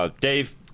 Dave